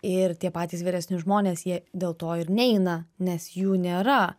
ir tie patys vyresni žmonės jie dėl to ir neina nes jų nėra